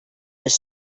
his